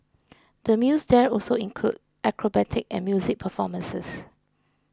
the meals there also include acrobatic and music performances